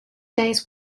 days